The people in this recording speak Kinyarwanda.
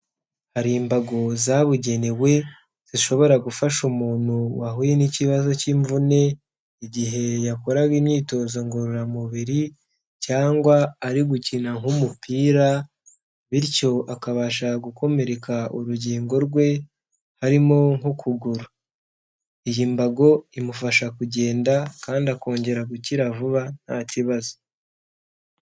Hari imbago zabugenewe zishobora gufasha umuntu wahuye n'ikibazo cy'imvune igihe yakoraga imyitozo ngororamubiri cyangwa ari gukina nk'umupira, bityo akabasha gukomereka urugingo rwe harimo nk'ukuguru, iyi mbago imufasha kugenda kandi akongera gukira vuba nta kibazo.